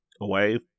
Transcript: away